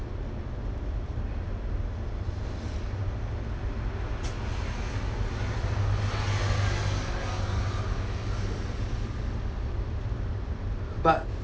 but